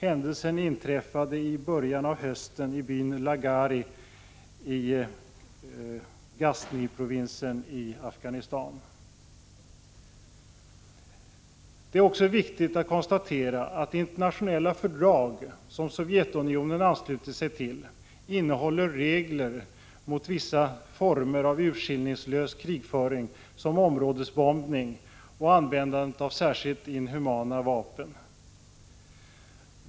Händelsen inträffade i början av hösten i byn Laghari i Ghazniprovinsen i Afganistan.” Det är också viktigt att konstatera att internationella fördrag, som Sovjetunionen anslutit sig till, innehåller regler mot vissa former av urskillningslös krigföring såsom områdesbombning och användandet av vissa särskilt inhumana vapen.